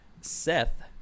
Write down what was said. Seth